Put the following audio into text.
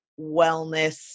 wellness